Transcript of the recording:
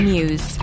News